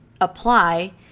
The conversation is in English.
apply